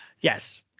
Yes